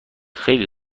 خیلی